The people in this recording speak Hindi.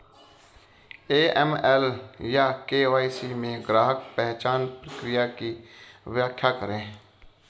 ए.एम.एल या के.वाई.सी में ग्राहक पहचान प्रक्रिया की व्याख्या करें?